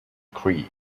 crete